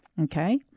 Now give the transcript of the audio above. Okay